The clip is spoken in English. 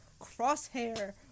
Crosshair